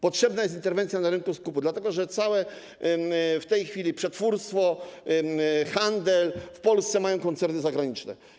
Potrzebna jest interwencja na rynku skupu, dlatego że w tej chwili całe przetwórstwo, handel w Polsce mają koncerny zagraniczne.